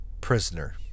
prisoner